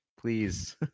Please